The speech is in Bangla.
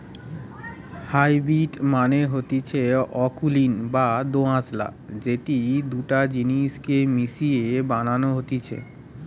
হাইব্রিড মানে হতিছে অকুলীন বা দোআঁশলা যেটি দুটা জিনিস কে মিশিয়ে বানানো হতিছে